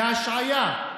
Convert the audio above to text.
בהשעיה,